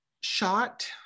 shot